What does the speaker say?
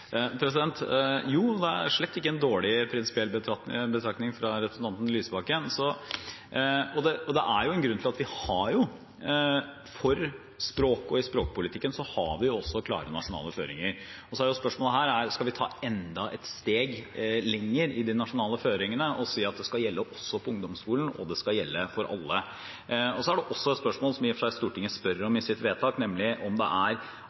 Det er slett ikke en dårlig prinsipiell betraktning fra representanten Lysbakken. Det er en grunn til at for språket og i språkpolitikken har vi klare nasjonale føringer. Så er spørsmålet her om vi skal ta enda et steg lenger i de nasjonale føringene og si at det skal gjelde også på ungdomsskolen, og at det skal gjelde for alle. Det er et spørsmål, som i og for seg Stortinget stiller i sitt vedtak, nemlig om det er andre måter man kan tenke seg at målbytte forhindres eller bekjempes på. Grunnen til at jeg generelt er skeptisk, er at det er